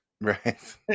right